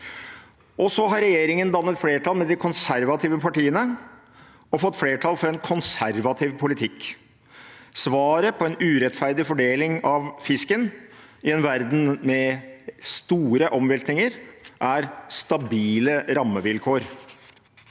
Så har regjeringen dannet flertall med de konservative partiene og fått flertall for en konservativ politikk. Svaret på en urettferdig fordeling av fisken i en verden med store omveltninger er stabile rammevilkår.